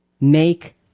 make